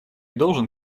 должен